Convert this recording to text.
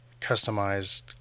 customized